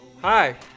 Hi